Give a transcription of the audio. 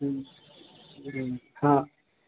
हाँ